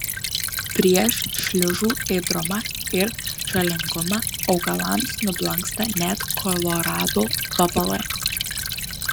prieš šliužų ėdrumą ir žalingumą augalams nublanksta net kolorado vabalai